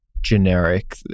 generic